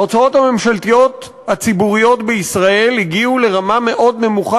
ההוצאות הממשלתיות הציבוריות בישראל הגיעו לרמה מאוד נמוכה,